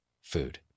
food